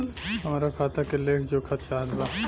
हमरा खाता के लेख जोखा चाहत बा?